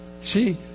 See